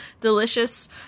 delicious